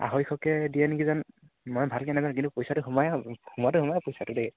আঢ়ৈশকৈ দিয়ে নেকি জানো মই ভালকৈ নাজানো কিন্তু পইচাটো সোমাই সোমোৱাটো সোমায় পইচাটো দেই